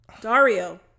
Dario